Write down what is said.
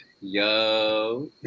Yo